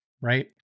right